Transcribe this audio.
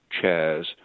chairs